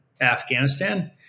Afghanistan